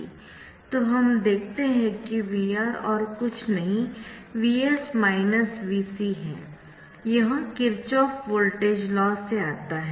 तो हम देखते है कि VR और कुछ नहीं है यह किरचॉफ वोल्टेज लॉ से आता है